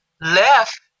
left